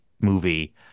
movie